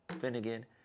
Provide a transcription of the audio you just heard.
Finnegan